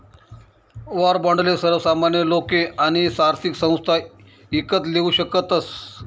war बाॅन्डले सर्वसामान्य लोके आणि आर्थिक संस्था ईकत लेवू शकतस